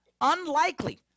Unlikely